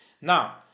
now